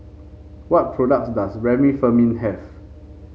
what products does Remifemin have